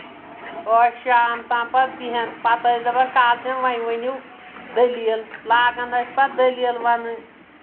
ٲس شام تام پتہٕ بِہن پَتہٕ ٲسۍ دَپان کالچؠن وۄنۍ ؤنِو دٔلیٖل لاگان ٲسۍ پَتہٕ دٔلیٖل وَنٕنۍ